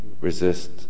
Resist